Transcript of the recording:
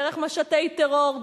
דרך משטי טרור,